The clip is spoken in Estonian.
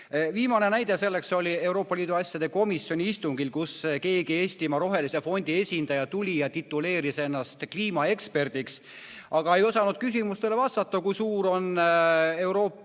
näide sellest oli Euroopa Liidu asjade komisjoni istungil, kus keegi Eestimaa rohelise fondi esindaja tuli ja tituleeris ennast kliimaeksperdiks, aga ei osanud vastata küsimusele, kui suur on Euroopa